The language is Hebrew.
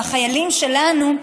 בחיילים שלנו,